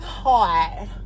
hot